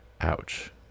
Ouch